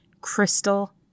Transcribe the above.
crystal